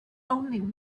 only